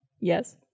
yes